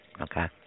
Okay